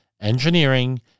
engineering